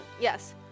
Yes